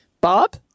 Bob